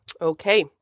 Okay